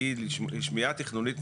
לאחר שנשמעו הערות רבות בהקשר הזה,